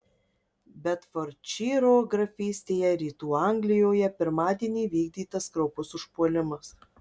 bedfordšyro grafystėje rytų anglijoje pirmadienį įvykdytas kraupus užpuolimas